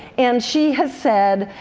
and she has said,